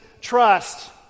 trust